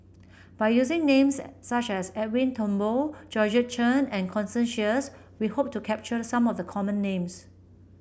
by using names such as Edwin Thumboo Georgette Chen and Constance Sheares we hope to capture some of the common names